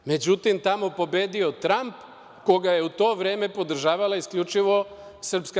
Međutim, tamo je pobedio Tramp, koga je u to vreme podržavala isključivo SRS.